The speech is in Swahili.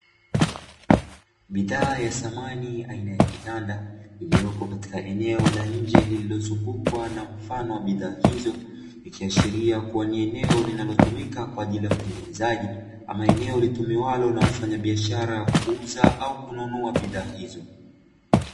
Bidhaa ya samani aina ya kitanda iliyopo katika eneo la nje lililozungukwa na mfano wa bidhaa hizo. Ikiashiria kuwa ni eneo linalotumika kwa ajili ya utengenezaji, ama eneo ulitumiwalo na wafanyabiashara kuuza au kununua bidhaa hizo.